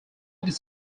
this